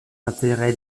intérêts